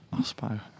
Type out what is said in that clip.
Aspire